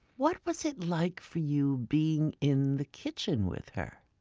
what was it like for you being in the kitchen with her?